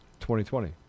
2020